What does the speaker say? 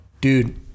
Dude